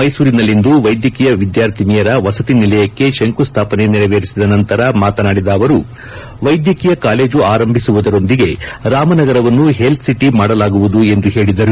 ಮೈಸೂರಿನಲ್ಲಿಂದು ವೈದ್ಯಕೀಯ ವಿದ್ಯಾರ್ಥಿನಿಯರ ವಸತಿ ನಿಲಯಕ್ಷೆ ತಂಕುಸ್ಲಾಪನೆ ನೆರವೇರಿಸಿದ ನಂತರ ಮಾತನಾಡಿದ ಅವರು ವೈದ್ಯಕೀಯ ಕಾಲೇಜು ಆರಂಭಿಸುವುದರೊಂದಿಗೆ ರಾಮನಗರವನ್ನು ಹೆಲ್ತ್ ಸಿಟಿ ಮಾಡಲಾಗುವುದು ಎಂದು ಹೇಳದರು